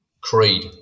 Creed